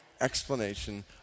explanation